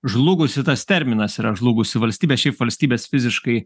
žlugusi tas terminas yra žlugusi valstybė šiaip valstybės fiziškai